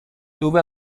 dove